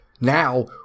Now